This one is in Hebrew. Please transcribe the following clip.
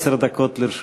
עד עשר דקות לרשות אדוני.